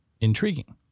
intriguing